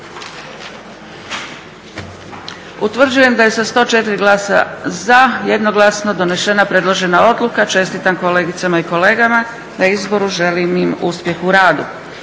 Utvrđujem da je sa 104 glasa za jednoglasno donešena predložena odluka. Čestitam kolegicama i kolegama na izboru, želim im uspjeh u radu.